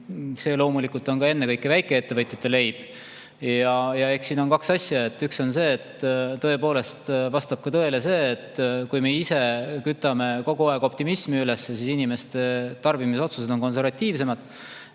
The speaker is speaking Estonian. See on ju ennekõike väikeettevõtjate leib. Eks siin on kaks asja. Üks on see, et tõepoolest vastab tõele, et kui me ise kütame kogu aeg [pessimismi] üles, siis inimeste tarbimisotsused on konservatiivsemad.